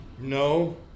No